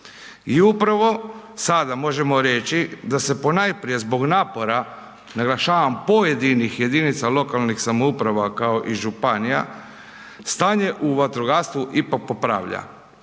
I upravo sada možemo reći da se ponajprije zbog napora, naglašavam pojedinih jedinica lokalnih samouprava kao i županija stanje u vatrogastvu ipak popravlja.